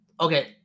okay